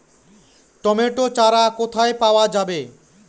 Tomato চারা কোথায় পাওয়া যাবে?